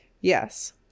yes